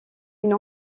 une